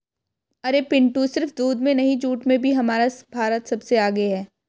अरे पिंटू सिर्फ दूध में नहीं जूट में भी हमारा भारत सबसे आगे हैं